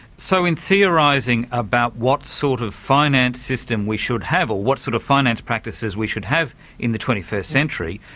so in theorising about what sort of finance system we should have, or what sort of finance practices we should have in the twenty first century,